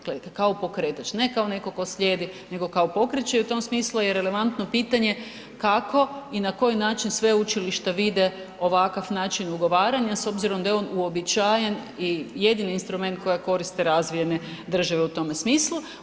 Kao pokretač, ne kao netko tko slijedi nego kao pokreće i u tom smislu je relevantno pitanje kako i na koji način sveučilišta vide ovakav način ugovaranja s obzirom da je on uobičajen i jedini instrument koji koriste razvijene države u tome smislu.